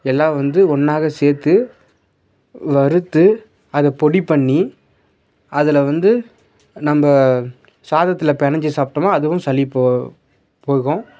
எல்லாம் வந்து ஒன்றாக சேர்த்து வறுத்து அதை பொடி பண்ணி அதில் வந்து நம்ம சாதத்தில் பினஞ்சு சாப்பிட்டோம்னா அதுவும் சளி போ போகும்